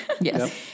Yes